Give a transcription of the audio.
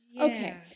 Okay